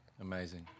Amazing